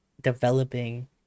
developing